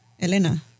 Elena